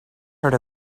heard